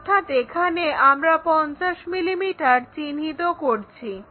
অর্থাৎ এখানে আমরা 50 মিলিমিটার চিহ্নিত করছি